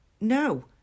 No